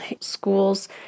schools